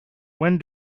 when